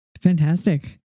Fantastic